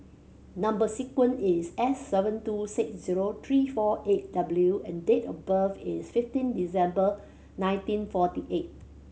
number sequence is S seven two six zero three four eight W and date of birth is fifteen December nineteen forty eight